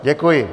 Děkuji.